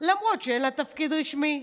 למרות שאין לה תפקיד רשמי.